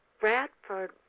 Bradford